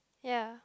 ya